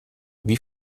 wie